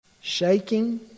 shaking